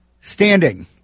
standing